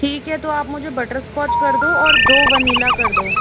ठीक है तो आप मुझे दो बटरस्कॉच कर दो ओर दो वनीला कर दो